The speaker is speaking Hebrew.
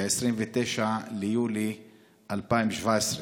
ב-29 ביולי 2017,